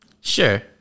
Sure